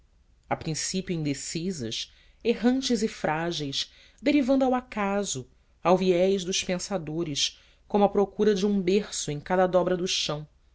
a princípio indecisas errantes e frágeis derivando ao acaso ao viés dos pendores como à procura de um berço em cada dobra do chão